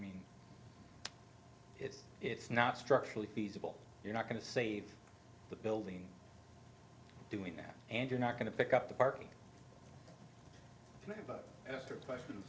i mean it's not structurally feasible you're not going to save the building doing that and you're not going to pick up the parking lot after question